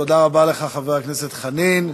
תודה רבה לך, חבר הכנסת חנין.